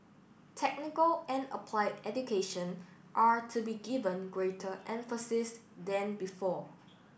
technical and applied education are to be given greater emphasis than before